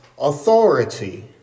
authority